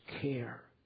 care